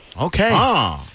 Okay